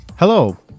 Hello